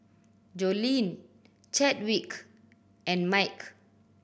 Joleen Chadwick and Mike